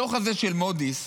הדוח הזה של מודי'ס,